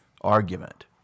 argument